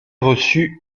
reçut